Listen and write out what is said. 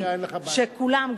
של כולם,